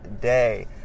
day